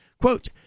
quote